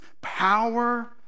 power